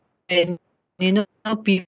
and you know how peo~